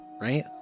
right